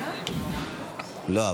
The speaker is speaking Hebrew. לא,